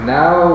now